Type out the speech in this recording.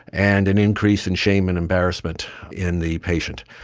and an increase in shame and embarrassment in the patient.